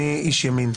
אני איש ימין,